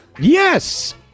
Yes